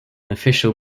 official